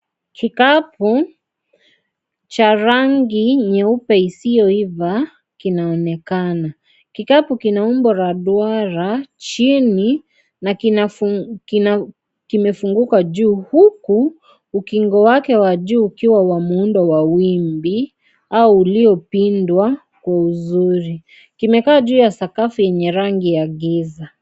Kikapu cha rangi nyeupe isiyoiva kinaonekana. Kikapu kina umbo la duara chini na kimefunguka juu, huku ukingo wake wa juu ukiwa wa muundo wa wimbi au uliopindwa kwa uzuri. Kimekaa juu ya sakafu yenye rangi ya giza.